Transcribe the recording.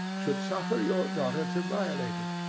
should suffer your daughter to violate it.